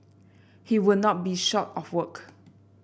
he would not be short of work